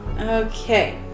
Okay